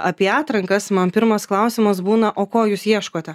apie atrankas man pirmas klausimas būna o ko jūs ieškote